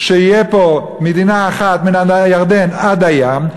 שתהיה פה מדינה אחת מן הירדן עד הים,